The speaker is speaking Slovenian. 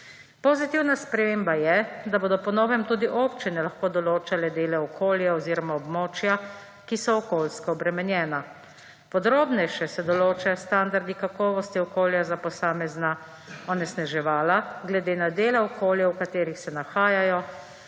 Pozitivna sprememba je, da bodo po novem tudi občine lahko določale dele okolja oziroma območja, ki so okoljsko obremenjena. Podrobnejše se določajo standardi kakovosti okolja za posamezna onesnaževala glede na dele okolja, v katerih se nahajajo,